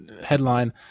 headline